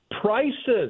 Prices